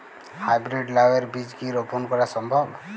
High breed লাও এর বীজ কি রোপন করা সম্ভব?